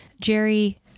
Jerry